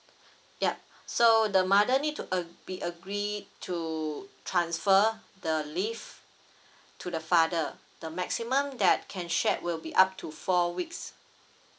yup so the mother need to ag~ be agree to transfer the leave to the father the maximum that can share will be up to four weeks